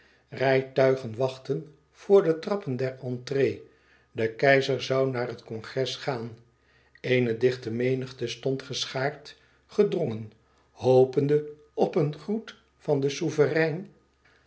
rijtuigen wachtten voor de trappen der entrée de keizer zoû naar het congres gaan eene dichte menigte stond geschaard gedrongen hopende op een groet van den